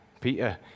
Peter